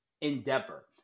endeavor